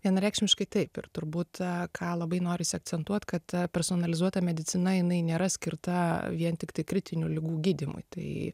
vienareikšmiškai taip ir turbūt ką labai norisi akcentuot kad personalizuota medicina jinai nėra skirta vien tiktai kritinių ligų gydymui tai